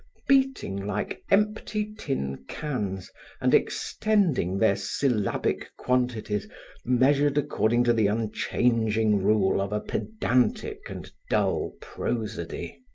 beating like empty tin cans and extending their syllabic quantities measured according to the unchanging rule of a pedantic and dull prosody.